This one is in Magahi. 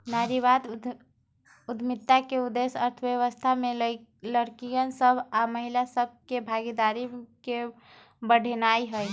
नारीवाद उद्यमिता के उद्देश्य अर्थव्यवस्था में लइरकि सभ आऽ महिला सभ के भागीदारी के बढ़ेनाइ हइ